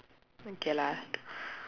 okay lah